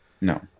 no